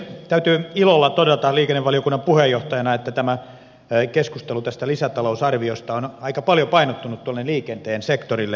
täytyy ilolla todeta liikennevaliokunnan puheenjohtajana että tämä keskustelu tästä lisätalousarviosta on aika paljon painottunut tuonne liikenteen sektorille